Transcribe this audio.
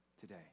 today